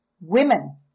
women